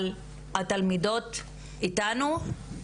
אבל התלמידות איתנו?